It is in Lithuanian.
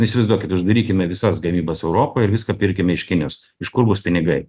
įsivaizduokit uždarykime visas gamybas europoj ir viską pirkime iš kinijos iš kur bus pinigai